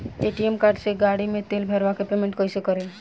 ATM card से गाड़ी मे तेल भरवा के पेमेंट कैसे करेम?